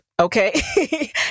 okay